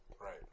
Right